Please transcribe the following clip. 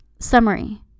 Summary